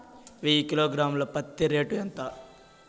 వెయ్యి కిలోగ్రాము ల పత్తి రేటు ఎంత?